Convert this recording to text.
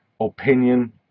opinion